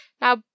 Now